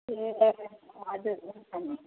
ए हजुर हुन्छ नि